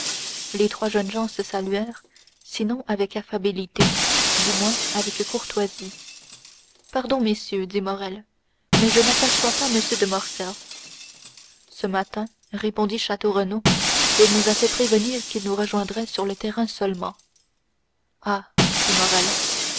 les trois jeunes gens se saluèrent sinon avec affabilité du moins avec courtoisie pardon messieurs dit morrel mais je n'aperçois pas m de morcerf ce matin répondit château renaud il nous a fait prévenir qu'il nous rejoindrait sur le terrain seulement ah fit